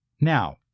Now